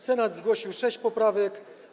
Senat zgłosił sześć poprawek.